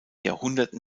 jahrhunderten